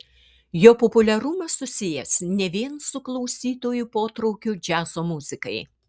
jo populiarumas susijęs ne vien su klausytojų potraukiu džiazo muzikai